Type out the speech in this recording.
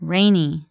Rainy